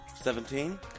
Seventeen